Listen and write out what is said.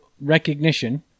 recognition